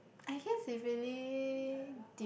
I guess if really deep